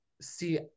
see